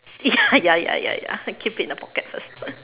ya ya ya I keep it in the pocket first